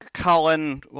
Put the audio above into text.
Colin